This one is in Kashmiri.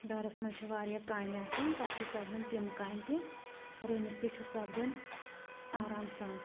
گھرَس مَنٛز چھِ واریاہ کامہِ آسان پَتہٕ چھِ سَبدان تِم کامہِ تہِ رَنِتھ تہِ چھُ سَبدان آرام سان